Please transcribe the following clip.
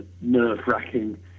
nerve-wracking